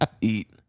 eat